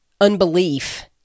unbelief